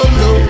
no